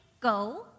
go